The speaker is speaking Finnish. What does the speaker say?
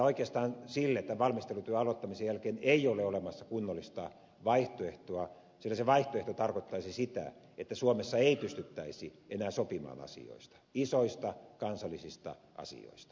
oikeastaan sille tämän valmistelutyön aloittamisen jälkeen ei ole olemassa kunnollista vaihtoehtoa sillä se vaihtoehto tarkoittaisi sitä että suomessa ei pystyttäisi enää sopimaan asioista isoista kansallisista asioista